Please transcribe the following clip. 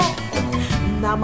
Now